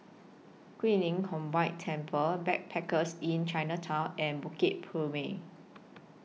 Guilin Combined Temple Backpackers Inn Chinatown and Bukit Purmei